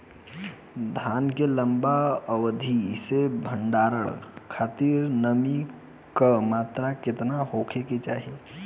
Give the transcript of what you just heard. धान के लंबा अवधि क भंडारण खातिर नमी क मात्रा केतना होके के चाही?